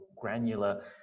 granular